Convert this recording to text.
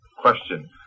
Question